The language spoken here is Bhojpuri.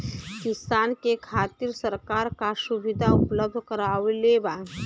किसान के खातिर सरकार का सुविधा उपलब्ध करवले बा?